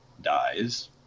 dies